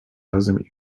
razem